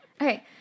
Okay